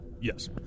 Yes